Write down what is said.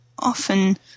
often